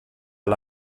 all